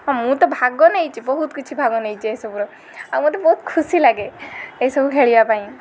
ହଁ ମୁଁ ତ ଭାଗ ନେଇଛି ବହୁତ କିଛି ବହୁତ କିଛି ଭାଗ ନେଇଛି ଏସବୁର ଆଉ ମୋତେ ବହୁତ ଖୁସି ଲାଗେ ଏସବୁ ଖେଳିବା ପାଇଁ